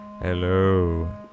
Hello